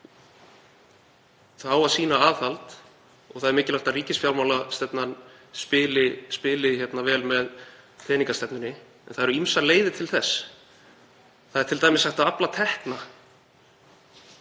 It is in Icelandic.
á að sýna aðhald og það er mikilvægt að ríkisfjármálastefnan spili vel með peningastefnunni en það eru ýmsar leiðir til þess. Það er t.d. hægt að afla tekna.